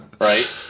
right